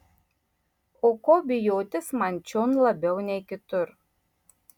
o ko bijotis man čion labiau nei kitur